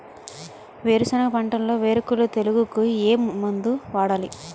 వేరుసెనగ పంటలో వేరుకుళ్ళు తెగులుకు ఏ మందు వాడాలి?